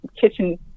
kitchen